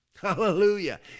Hallelujah